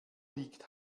liegt